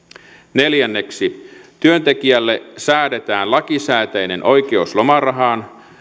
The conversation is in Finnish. neljänneksi työntekijälle säädetään lakisääteinen oikeus lomarahaan